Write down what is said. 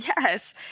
Yes